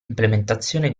implementazione